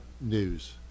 news